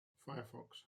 firefox